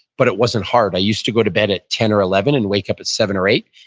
but it wasn't hard. i used to go to bed at ten or eleven and wake up at seven or eight.